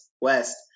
West